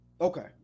Okay